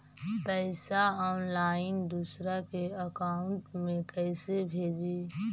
पैसा ऑनलाइन दूसरा के अकाउंट में कैसे भेजी?